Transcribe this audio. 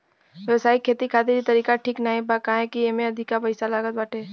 व्यावसायिक खेती खातिर इ तरीका ठीक नाही बा काहे से की एमे अधिका पईसा लागत बाटे